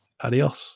adios